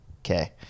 Okay